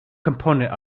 component